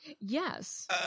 Yes